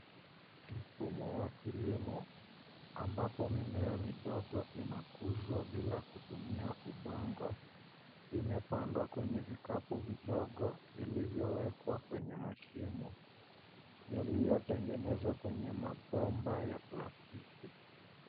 Mfumo wa kilimo ambapo mimea midogo inakuzwa bila kutumia udongo. Imepandwa kwenye vikapu vidogo vilivyowekwa kwenye mashimo yaliyotengenezwa kwenye mabomba ya plastiki.